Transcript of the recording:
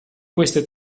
queste